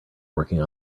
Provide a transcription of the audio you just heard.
working